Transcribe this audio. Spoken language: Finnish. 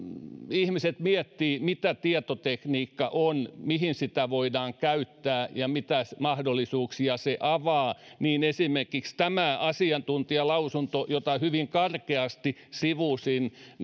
ihmiset miettivät mitä tietotekniikka on mihin sitä voidaan käyttää ja mitä mahdollisuuksia se avaa niin esimerkiksi tämä asiantuntijalausunto jota hyvin karkeasti sivusin